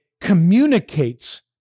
communicates